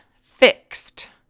fixed